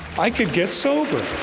i could get sober